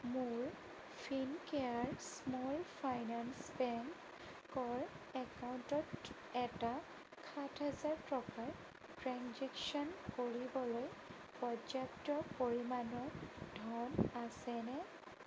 মোৰ Fincare small finance বেংকৰ একাউণ্টত এটা সাত হেজাৰ টকাৰ ট্ৰেঞ্জেকশ্য়ন কৰিবলৈ পৰ্যাপ্ত পৰিমাণৰ ধন আছেনে